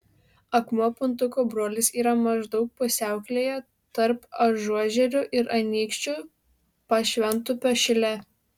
akmuo puntuko brolis yra maždaug pusiaukelėje tarp ažuožerių ir anykščių pašventupio šile